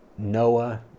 Noah